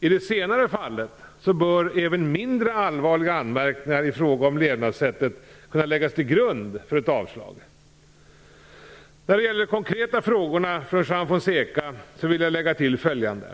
I detta senare fall bör även mindre allvarliga anmärkningar i fråga om levnadssättet kunna läggas till grund för ett avslag. När det gäller de konkreta frågorna från Juan Fonseca vill jag lägga till följande.